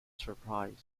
surprised